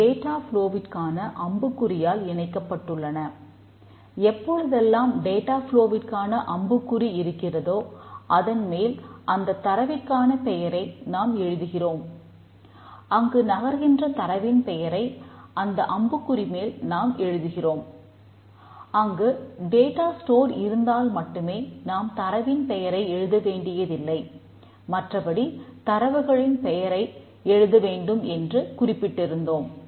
D F T இருந்தால் மட்டுமே நாம் தரவின் பெயரை எழுத வேண்டியதில்லை மற்றபடி தரவுகளின் பெயரை எழுத வேண்டும் என்று குறிப்பிட்டிருந்தோம்